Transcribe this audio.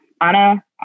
Anna